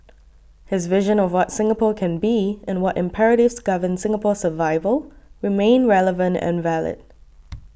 his vision of what Singapore can be and what imperatives govern Singapore's survival remain relevant and valid